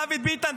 דוד ביטן,